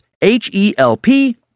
H-E-L-P